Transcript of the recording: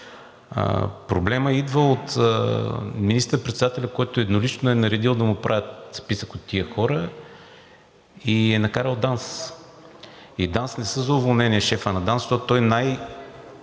Проблемът идва от министър-председателя, който еднолично е наредил да му правят списък от тези хора и е накарал ДАНС. И ДАНС не са за уволнение, шефът на ДАНС, защото той